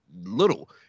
little